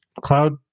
cloud